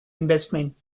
investment